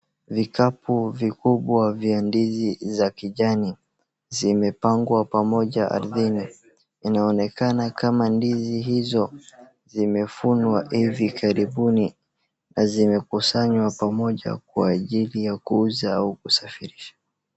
Vikapu vikubwa vya ndizi za kijani zimepangwa pamoja ardhini inaonekana kama ndizi hizo zimevunwa hivi karibuni na zimekusanywa pamoja kwa ajili ya kuuza au kusafirisha.